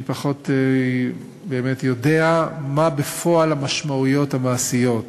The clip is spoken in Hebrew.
אני באמת פחות יודע מה המשמעויות המעשיות בפועל.